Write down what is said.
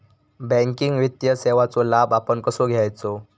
Banking वित्तीय सेवाचो लाभ आपण कसो घेयाचो?